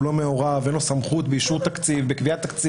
בסופו יבוא "ובלבד שביום הבחירות סיעה לא תחליף את נציגה